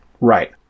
right